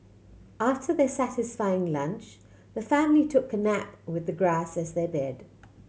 after their satisfying lunch the family took a nap with the grass as their bed